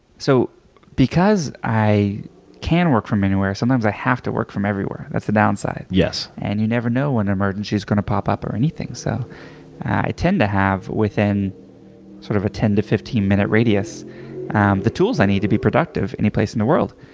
so because i can work from anywhere, sometimes i have to work from everywhere. that's the downside. and you never know when an emergency is going to pop up or anything. so i tend to have within sort of a ten to fifteen minute radius the tools i need to be productive any place in the world,